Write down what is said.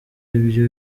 ibyo